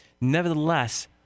Nevertheless